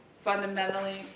fundamentally